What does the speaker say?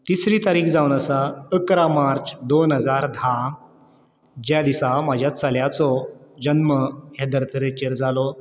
तिसरी तारीख जावन आसा अकरा मार्च दोन हजार धा ज्या दिसा म्हज्या चल्याचो जल्म हे धर्तरेचेर जालो